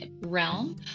realm